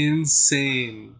Insane